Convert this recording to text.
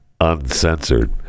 uncensored